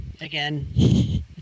again